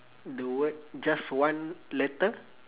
the word just one letter